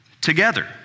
together